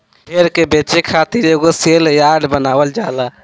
भेड़ के बेचे खातिर एगो सेल यार्ड बनावल जाला